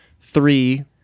Three